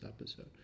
episode